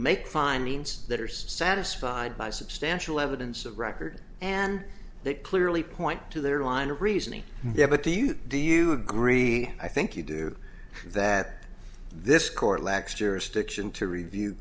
make findings that are satisfied by substantial evidence of record and that clearly point to their line of reasoning they have a to you do you agree i think you do that this court lacks jurisdiction to review